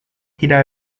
tidak